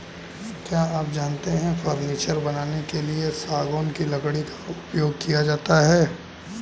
क्या आप जानते है फर्नीचर बनाने के लिए सागौन की लकड़ी का उपयोग किया जाता है